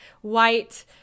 white